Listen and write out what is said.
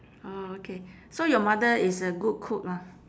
orh okay so your mother is a good cook lah